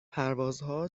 پروازها